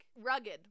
rugged